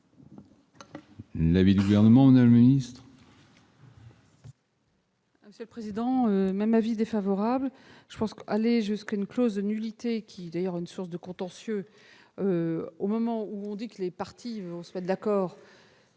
l'avis du Gouvernement, Mme la ministre